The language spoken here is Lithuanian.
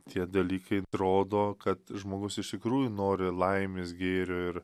tie dalykai rodo kad žmogus iš tikrųjų nori laimės gėrio ir